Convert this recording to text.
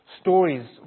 stories